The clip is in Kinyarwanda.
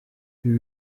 ibi